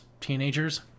teenagers